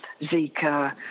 Zika